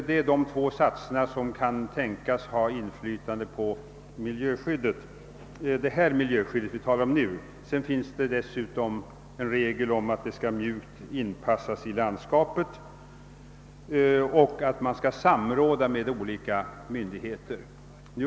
Det är dessa två satser som kan tänkas ha betydelse för det miljöskydd vi nu diskuterar. Dessutom finns en regel om mjuk inpassning i landskapet och om samråd med olika myndigheter.